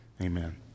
Amen